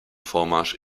vormarsch